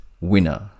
Winner